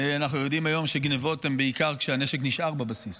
אנחנו יודעים היום שגנבות הן בעיקר כשהנשק נשאר בבסיס.